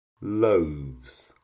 loaves